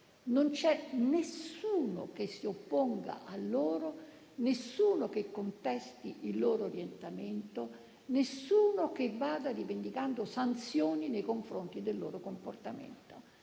Non c'è nessuno che si opponga a loro, nessuno che contesti il loro orientamento e nessuno che vada rivendicando sanzioni nei confronti del loro comportamento.